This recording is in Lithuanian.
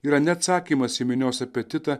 yra ne atsakymas į minios apetitą